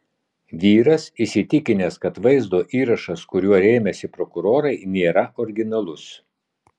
vyras įsitikinęs kad vaizdo įrašas kuriuo rėmėsi prokurorai nėra originalus